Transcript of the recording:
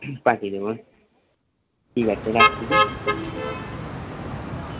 পাঠিয়ে দেবেন ঠিক আছে রাখছি হ্যাঁ হুম